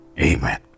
Amen